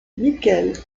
michael